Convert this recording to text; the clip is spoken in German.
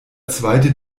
zweite